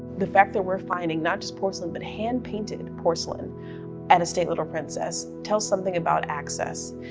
the fact that we're finding not just porcelain, but hand-painted porcelain at estate little princess, tells something about access,